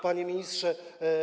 Panie ministrze.